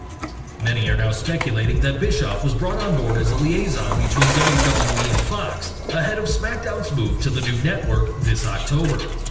many are now speculating that bischoff was brought on board as a liaison between wwe wwe and fox, ahead of smack down's move to the new network this october.